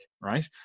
right